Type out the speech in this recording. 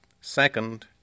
Second